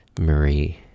Marie